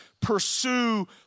pursue